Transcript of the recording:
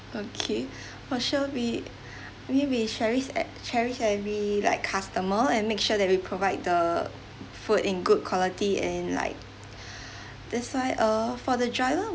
okay for sure we we we cherish at cherish every like customer and make sure that we provide the food in good quality and like that's why uh for the driver